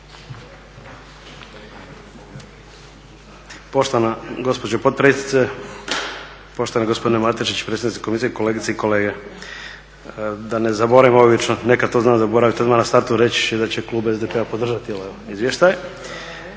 Poštovana gospođo potpredsjednice, poštovani gospodine Matešić, predsjednice komisije, kolegice i kolege. Da ne zaboravim, nekad to znam zaboraviti, odmah na startu reći da će klub SDP-a podržati ovaj izvještaj.